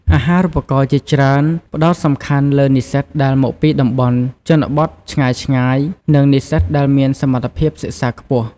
អាហារូបករណ៍ជាច្រើនផ្ដោតសំខាន់លើនិស្សិតដែលមកពីតំបន់ជនបទឆ្ងាយៗ និងនិស្សិតដែលមានសមត្ថភាពសិក្សាខ្ពស់។